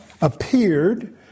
appeared